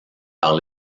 par